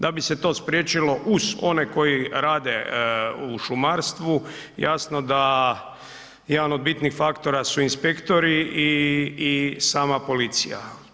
Da bi se to spriječilo uz one koji rade u šumarstvu jasno da jedan od bitnih faktora su inspektori i sama policija.